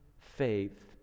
faith